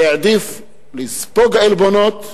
שהעדיף לספוג עלבונות,